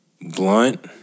blunt